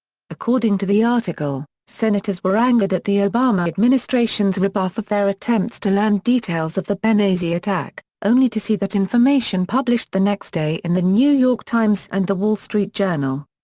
according to the article, senators were angered at the obama administration's rebuff of their attempts to learn details of the benghazi attack, only to see that information published the next day in the new york times and the wall street journal.